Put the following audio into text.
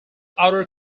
outer